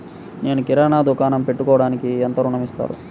నేను కిరాణా దుకాణం పెట్టుకోడానికి ఎంత ఋణం ఇస్తారు?